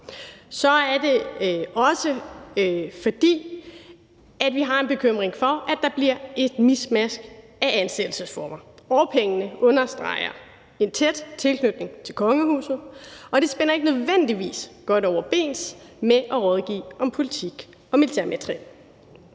er det også, fordi vi har en bekymring for, at der bliver et miskmask af ansættelsesforhold. Årpengene understreger en tæt tilknytning til kongehuset, og det stemmer ikke nødvendigvis godt overens med at rådgive om politik og militærmateriel.